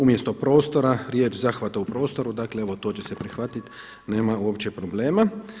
Umjesto prostora, zahvata u prostoru, dakle evo to će se prihvatiti, nema uopće problema.